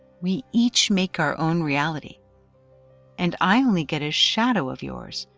we each make our own reality and i only get a shadow of yours,